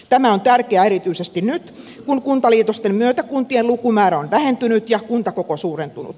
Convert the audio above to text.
tämä on tärkeää erityisesti nyt kun kuntaliitosten myötä kuntien lukumäärä on vähentynyt ja kuntakoko suurentunut